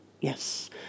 yes